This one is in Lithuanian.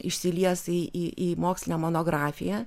išsilies į į mokslinę monografiją